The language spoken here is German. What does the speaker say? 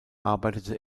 arbeitete